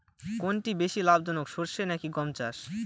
কোনটি বেশি লাভজনক সরষে নাকি গম চাষ?